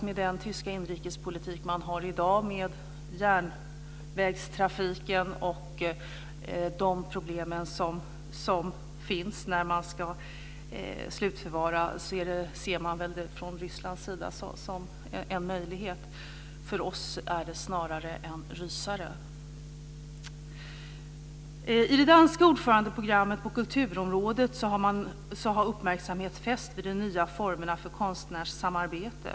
Med den tyska inrikespolitik som man för i dag med järnvägstrafiken och de problem som finns när man ska slutförvara så ser man förstås detta som en möjlighet från Rysslands sida. För oss är det snarare en rysare. I det danska ordförandeprogrammet på kulturområdet har uppmärksamhet fästs vid de nya formerna för konstnärssamarbete.